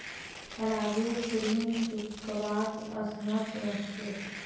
राजेश ऋण चुकव्वात असमर्थ रह ले